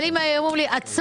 אבל אם היו אומרים עצור,